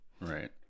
Right